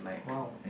!wow!